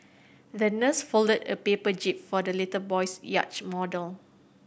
the nurse folded a paper jib for the little boy's yacht model